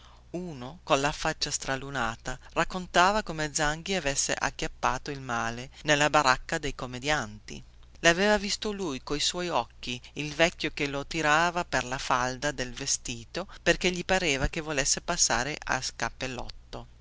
uno colla faccia stralunata raccontava come zanghi avesse acchiappato il male nella baracca dei commedianti laveva visto lui coi suoi occhi il vecchio che lo tirava per la falda del vestito perchè gli pareva che volesse passare a scappellotto